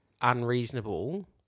unreasonable